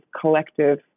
collective